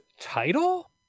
title